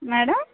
madam